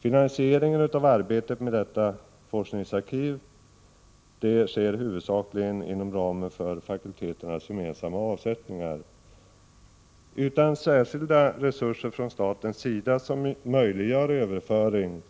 Finansiseringen av arbetet med detta forskningsarkiv sker huvudsakligen inom ramen för fakulteternas gemensamma avsättningar. Utan särskilda resurser från statens sida, som möjliggör överföring